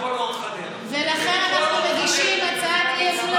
ולכן אנחנו מגישים הצעת אי-אמון